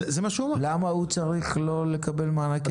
למה הוא צריך לא לקבל מענקי עבודה?